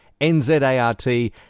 NZART